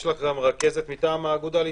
יש לכן רכזת מטעם האגודה להתנדבות.